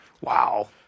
wow